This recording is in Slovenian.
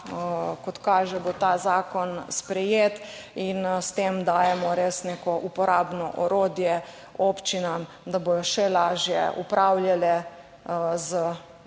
kot kaže, bo ta zakon sprejet. In s tem dajemo res neko uporabno orodje občinam, da bodo še lažje upravljale s celostno